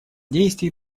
действий